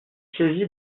saisi